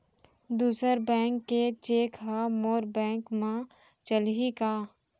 दूसर बैंक के चेक ह मोर बैंक म चलही का?